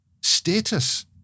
Status